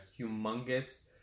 humongous